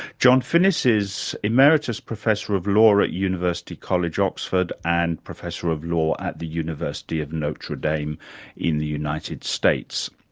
john finnis is emeritus professor of law at university college oxford and professor of law at the university of notre dame in the united states.